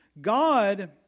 God